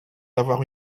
d’avoir